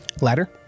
Ladder